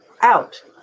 out